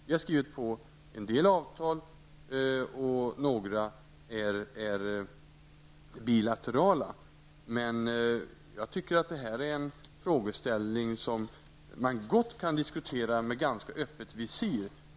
Vi har skrivit på en del avtal, varav några är bilaterala, men det här är en fråga som man gott kan diskutera med öppet visir.